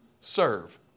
serve